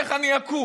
איך אני אקום